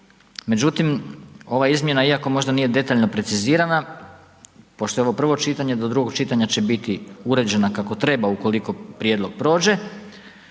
Međutim, ova izmjena iako nije možda detaljno precizirana pošto je ovo prvo čitanje, do drugog čitanja će biti uređena kako treba ukoliko prijedlog prođe